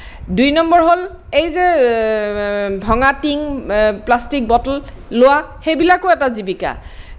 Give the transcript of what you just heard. দুই নম্বৰ হ'ল এই যে ভঙা টিং প্লাষ্টিক বটল লোৱা সেইবিলাকো এটা জীৱিকা